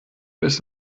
bis